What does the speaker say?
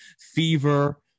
Fever